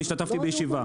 אני השתתפתי בישיבה,